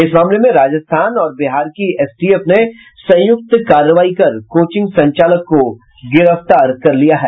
इस मामले में राजस्थान और बिहार की एसटीएफ ने संयुक्त कार्रवाई कर कोंचिग संचालक को गिरफ्तार किया है